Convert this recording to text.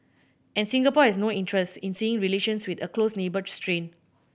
and Singapore has no interest in seeing relations with a close neighbour strained